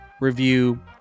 review